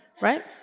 right